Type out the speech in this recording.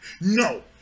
No